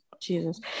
jesus